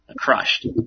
crushed